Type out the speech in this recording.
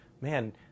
man